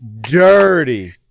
Dirty